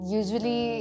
usually